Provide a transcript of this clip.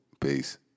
Peace